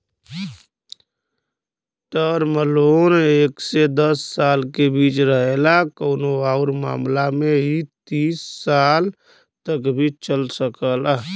term loan एक से दस साल के बीच रहेला कउनो आउर मामला में इ तीस साल तक भी चल सकला